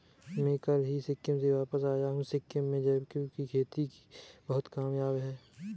मैं कल ही सिक्किम से वापस आया हूं सिक्किम में जैविक खेती बहुत कामयाब है